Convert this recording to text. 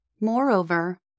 Moreover